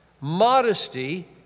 modesty